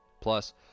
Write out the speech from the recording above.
Plus